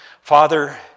Father